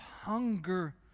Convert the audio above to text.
hunger